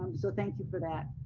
so thank you for that.